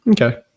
Okay